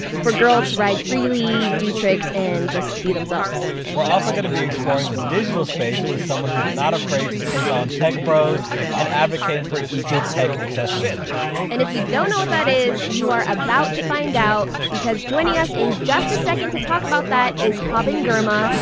for girls to ride freely, do tricks and just be themselves. we're also gonna be exploring the digital space with someone who's not afraid to take on tech bros and advocate for equal tech accessibility and if you don't know what that is, you are about to find out, because joining us in just a second to talk about that is haben girma,